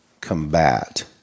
combat